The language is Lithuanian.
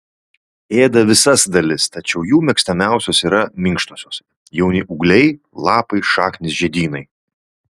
ėda visas dalis tačiau jų mėgstamiausios yra minkštosios jauni ūgliai lapai šaknys žiedynai